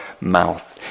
mouth